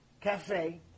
cafe